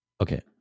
Okay